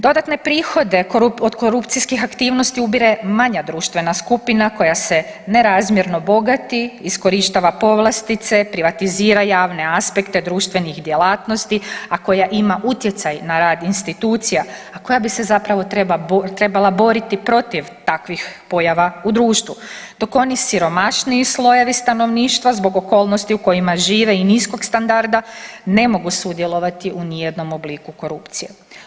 Dodatne prihode od korupcijskih aktivnosti ubire manja društvena skupina koja se ne razmjerno bogati, iskorištava povlastice, privatizira javne aspekte društvenih djelatnosti, a koja ima utjecaj na rad institucija, a koja bi se zapravo trebala boriti protiv takvih pojava u društvu, dok oni siromašniji slojevi stanovništva zbog okolnosti u kojima žive i niskog standarda ne mogu sudjelovati u nijednom obliku korupcije.